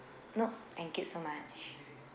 nope thank you so much